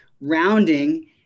rounding